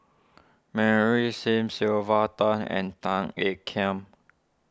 Mary Sim Sylvia Tan and Tan Ean Kiam